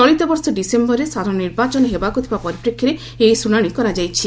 ଚଳିତ ବର୍ଷ ଡିସେୟରରେ ସାଧାରଣ ନିର୍ବାଚନ ହେବାକୁ ଥିବା ପରିପ୍ରେକ୍ଷୀରେ ଏହି ଶୁଶାଣି କରାଯାଇଛି